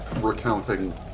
recounting